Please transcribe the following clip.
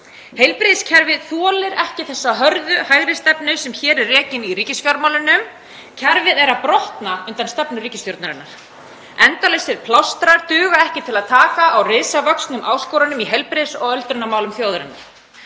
Heilbrigðiskerfið þolir ekki þá hörðu hægri stefnu sem rekin er í ríkisfjármálunum. Kerfið er að brotna undan stefnu ríkisstjórnarinnar. Endalausir plástrar duga ekki til að taka á risavöxnum áskorunum í heilbrigðis- og öldrunarmálum þjóðarinnar.